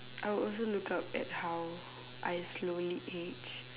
I would also look up at how I slowly age